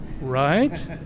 right